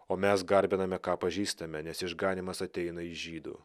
o mes garbiname ką pažįstame nes išganymas ateina iš žydų